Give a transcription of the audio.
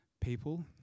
people